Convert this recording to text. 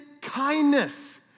kindness